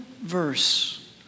verse